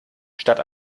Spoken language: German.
statt